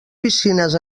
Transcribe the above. piscines